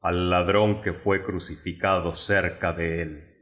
al ladrón que fué crucifi cado cerca de el